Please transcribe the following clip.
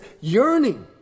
yearning